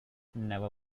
never